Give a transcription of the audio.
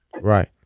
right